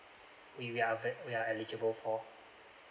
we're we're eligible for